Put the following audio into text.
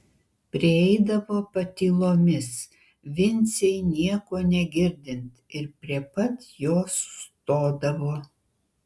prieidavo patylomis vincei nieko negirdint ir prie pat jo sustodavo